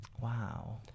Wow